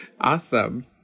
Awesome